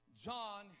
John